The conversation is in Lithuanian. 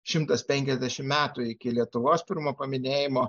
šimtas penkiasdešimt metų iki lietuvos pirmo paminėjimo